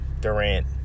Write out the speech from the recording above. Durant